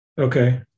Okay